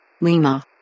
Lima